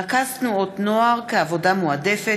רכז תנועות נוער כעבודה מועדפת),